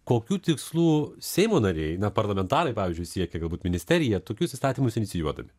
kokių tikslų seimo nariai na parlamentarai pavyzdžiui siekia galbūt ministerija tokius įstatymus inicijuodami